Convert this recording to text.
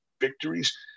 victories